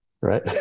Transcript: right